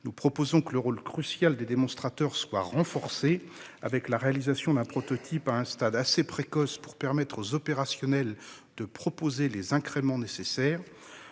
Nous proposons que le rôle crucial des démonstrateurs soit renforcé, avec la réalisation d'un prototype à un stade assez précoce pour permettre aux opérationnels de prévoir les incréments nécessaires.